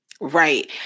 Right